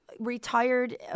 retired